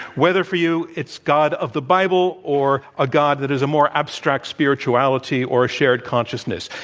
whether for you it's god of the bible or a god that is a more abstract spirituality or shared consciousness.